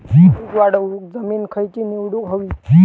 पीक वाढवूक जमीन खैची निवडुक हवी?